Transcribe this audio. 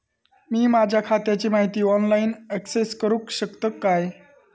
मी माझ्या खात्याची माहिती ऑनलाईन अक्सेस करूक शकतय काय?